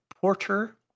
Porter